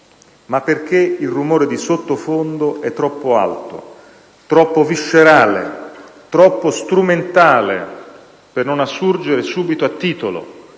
ma perché il rumore di sottofondo è troppo alto, troppo viscerale, troppo strumentale per non assurgere subito a titolo,